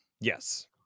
Yes